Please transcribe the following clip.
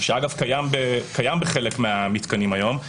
שקיים אגב בחלק מהמתקנים היום,